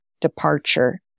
departure